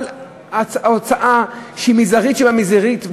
הוצאה מזערית שבמזערית,